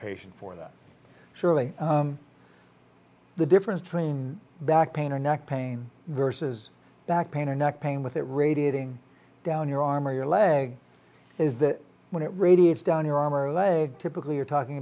patient for that surely the difference between back pain or neck pain versus back pain or neck pain with it radiating down your arm or your leg is that when it radiates down your arm or leg typically you're talking